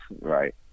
right